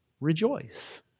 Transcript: rejoice